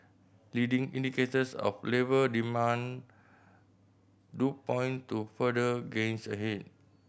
leading indicators of labour demand do point to further gains ahead